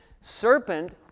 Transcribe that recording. serpent